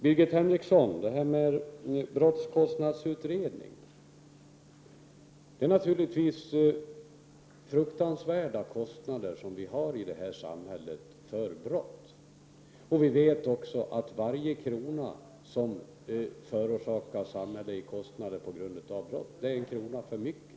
Birgit Henriksson talade om en brottskostnadsutredning. Brotten medför naturligtvis fruktansvärda kostnader för samhället. Vi vet även att varje krona i kostnader som förorsakas samhället på grund av brott är en krona för mycket.